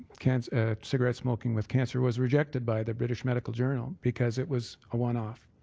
cancer cigarette smoking with cancer was rejected by the british medical journal because it was a one-off.